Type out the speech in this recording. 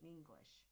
English